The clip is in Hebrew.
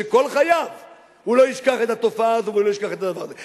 שכל חייו הוא לא ישכח את התופעה הזאת ולא ישכח את הדבר הזה?